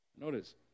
Notice